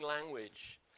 language